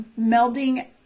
melding